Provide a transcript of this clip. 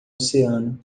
oceano